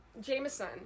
Jameson